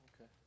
Okay